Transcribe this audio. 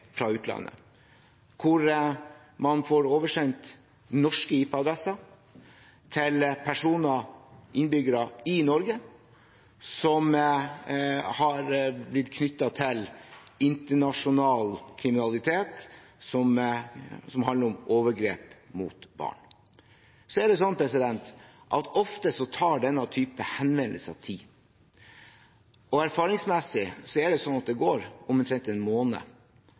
fra utlandet hvor man får oversendt norske IP-adresser til personer, innbyggere, i Norge som har blitt knyttet til internasjonal kriminalitet som handler om overgrep mot barn. Ofte tar denne typen henvendelser tid, og erfaringsmessig går det omtrent en måned